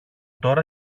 τώρα